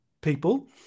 people